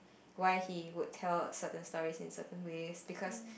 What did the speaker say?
why he would tell certain stories in certain ways because